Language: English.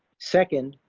second,